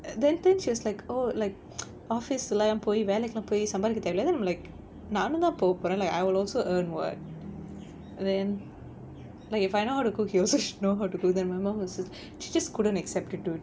and then she was like oh like office leh போய் வேலைக்கலாம் போய் சம்பாரிக்க தேவையில்ல அதான் நம்ம:poi velaikkalaam poi sambaarikka thevayilla athaan namma then like I'm like நானுந்தான் போகப்போறேன்:naanunthaan pogapporaen like I will also earn what then like if I know how to cook he also should know how to cook my mum was she just couldn't accept